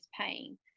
pain